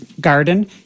garden